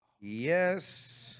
Yes